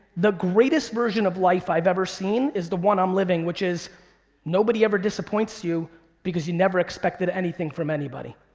the greatest version of life i've ever seen is the one i'm living which is nobody ever disappoints you because you never expected anything from anybody.